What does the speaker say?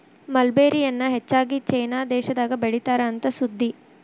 mulberry ಎನ್ನಾ ಹೆಚ್ಚಾಗಿ China ದೇಶದಾಗ ಬೇಳಿತಾರ ಅಂತ ಸುದ್ದಿ